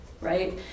right